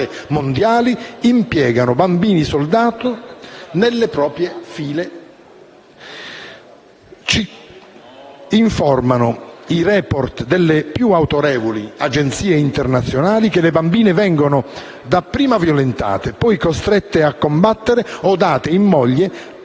mondiali che impiegano bambini-soldato hanno nelle proprie file delle bambine. Ci informano i *report* delle più autorevoli agenzie internazionali che le bambine vengono prima violentate, poi costrette a combattere o date in moglie